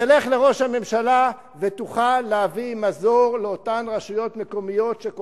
תלך לראש הממשלה ותוכל להביא מזור לאותן רשויות מקומיות שכל